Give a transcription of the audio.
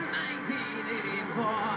1984